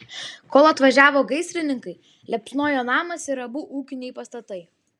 kol atvažiavo gaisrininkai liepsnojo namas ir abu ūkiniai pastatai